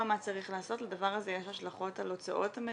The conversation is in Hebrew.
מה צריך לעשות ולדבר הזה יש השלכות על הוצאות המדינה.